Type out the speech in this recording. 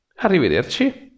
arrivederci